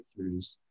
breakthroughs